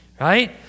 right